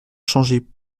changer